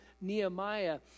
nehemiah